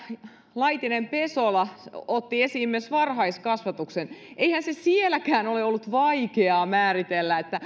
laitinen pesola otti esiin myös varhaiskasvatuksen eihän se sielläkään ole ollut vaikeaa määritellä